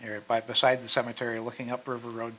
nearby beside the cemetery looking up river road